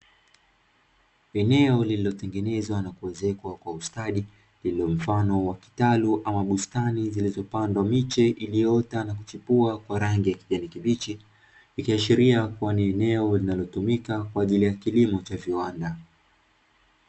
Eneo lililotengenezwa na kuwezekwa kwa ustadi, lililo mfano wa kitalu ama bustani zilizopandwa miche iliyoota na kuchipua kwa rangi ya kijani kibichi, ikiashiria kuwa ni eneo linalotumika kwa ajili ya kilimo cha viwanda.